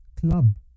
club